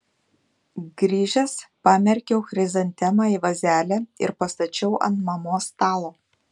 grįžęs pamerkiau chrizantemą į vazelę ir pastačiau ant mamos stalo